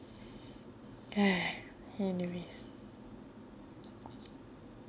anyways